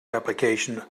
application